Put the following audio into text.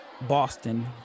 Boston